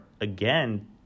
again